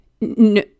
no